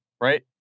right